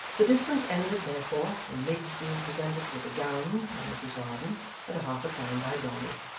the difference ended, therefore, in miggs being presented with a gown by mrs varden and half-a-crown by dolly,